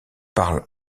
parle